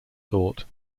sought